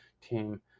team